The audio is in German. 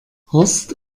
horst